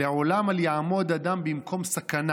"לעולם אל יעמוד אדם במקום סכנה